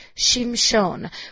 Shimshon